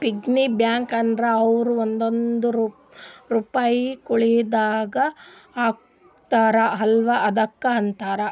piggy bank ಅಂದುರ್ ಅವ್ರು ಒಂದೊಂದ್ ರುಪೈ ಕುಳ್ಳಿದಾಗ ಹಾಕ್ತಾರ ಅಲ್ಲಾ ಅದುಕ್ಕ ಅಂತಾರ